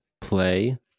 play